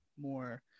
more